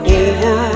over